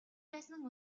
байсан